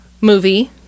movie